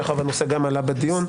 מאחר שהנושא גם עלה בדיון.